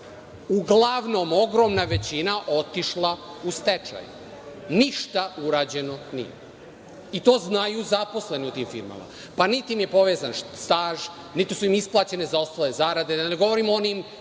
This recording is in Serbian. Uglavnom ogromna većina otišla u stečaj. Ništa urađeno nije. I, to znaju zaposleni u tim firmama, pa niti im je povezan staž, niti su im isplaćene zaostale zarade, da ne govorim o onim